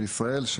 של ישראל,